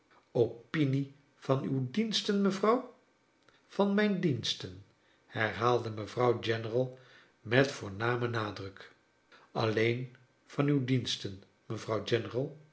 opinie van uw diensten mevrouw van mijn diensten herhaalde mevrouw general met voornamen nadruk alleen van uw diensten mevrouw